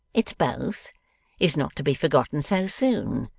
it's both is not to be forgotten so soon.